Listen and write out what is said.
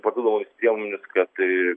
papildomomis priemonėmis kad